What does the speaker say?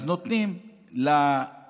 אז נותנים למסגדים,